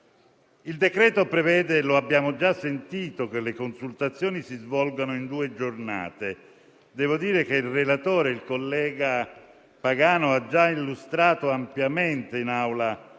Il decreto-legge prevede - lo abbiamo già sentito - che le consultazioni si svolgano in due giornate. Devo dire che il relatore, il collega Pagano, ha già illustrato ampiamente in Aula